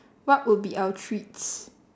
what would be our treats